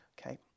Okay